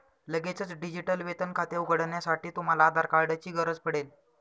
लगेचच डिजिटल वेतन खाते उघडण्यासाठी, तुम्हाला आधार कार्ड ची गरज पडेल